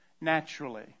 naturally